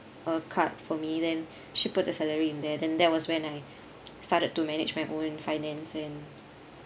a card for me then she put the salary in there then that was when I started to manage my own finance and